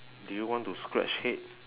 do you want to scratch head